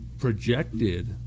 Projected